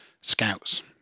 scouts